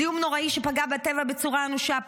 זיהום נוראי שפגע בטבע בצורה אנושה,